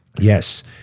Yes